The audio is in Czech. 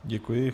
Děkuji.